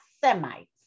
Semites